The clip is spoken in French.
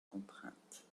contraintes